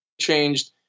changed